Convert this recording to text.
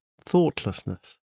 thoughtlessness